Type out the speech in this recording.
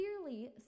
clearly